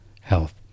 health